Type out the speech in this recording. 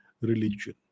religion